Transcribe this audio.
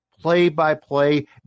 play-by-play